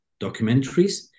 documentaries